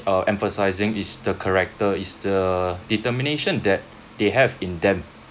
uh emphasizing it's the character it's the determination that they have in them